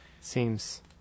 Seems